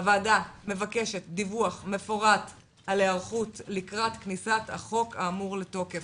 הוועדה מבקשת דיווח מפורט על היערכות לקראת כניסת החוק האמור לתוקף,